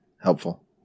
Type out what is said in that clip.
helpful